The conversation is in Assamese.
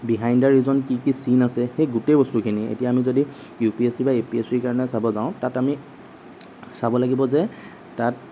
বিহাইণ্ড দা ৰিজন কি কি চিন আছে সেই গোটেই বস্তুখিনি এতিয়া আমি যদি ইউপিএছচি বা এপিএছচিৰ কাৰণে চাব যাওঁ তাত আমি চাব লাগিব যে তাত